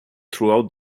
throughout